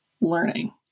learning